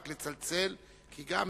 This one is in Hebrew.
רק לצלצל, כי גם